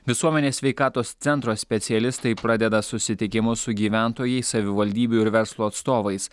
visuomenės sveikatos centro specialistai pradeda susitikimus su gyventojais savivaldybių ir verslo atstovais